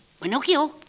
Pinocchio